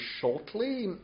shortly